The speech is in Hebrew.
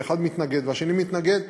ואחד מתנגד והשני מתנגד,